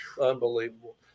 Unbelievable